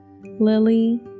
Lily